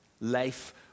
life